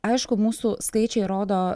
aišku mūsų skaičiai rodo